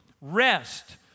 rest